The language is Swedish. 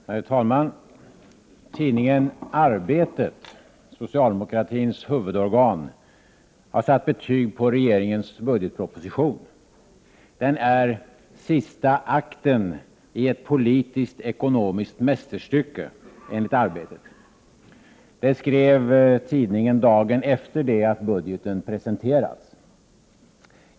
Herr talman! Tidningen Arbetet, socialdemokratins huvudorgan, har satt betyg på regeringens budgetproposition. Den är ”sista akten i ett politiskt, ekonomiskt mästerstycke”, enligt Arbetet. Det skrev tidningen dagen efter det att budgeten hade presenterats.